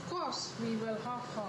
of course we will half half